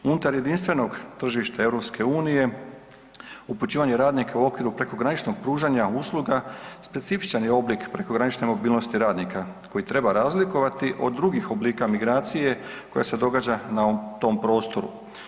Unutar jedinstvenog tržišta EU upućivanje radnika u okviru prekograničnog pružanja usluga specifičan je oblik prekogranične mobilnosti radnika koji treba razlikovati od drugih oblika migracije koja se događa na tom prostoru.